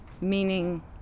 meaning